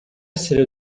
essere